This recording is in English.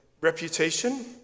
reputation